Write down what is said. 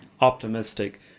optimistic